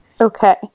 Okay